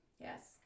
Yes